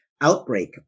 outbreak